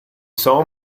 saw